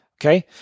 okay